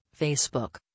Facebook